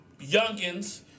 youngins